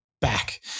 back